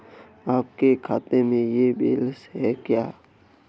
आपके खाते में यह बैलेंस है क्या?